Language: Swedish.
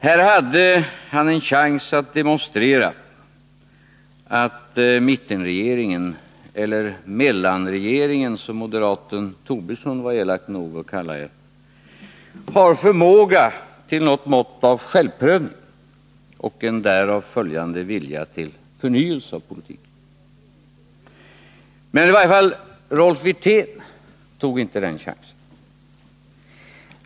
Här hade han en chans att demonstrera att mittenregeringen — eller mellanregeringen, som moderaten Lars Tobisson var elak nog att kalla er — har förmåga till något mått av självprövning och en därav följande vilja till förnyelse av politiken. Men Rolf Wirtén tog inte den chansen.